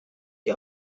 die